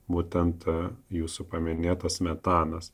būtent ta jūsų paminėtas metanas